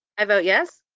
i vote yes.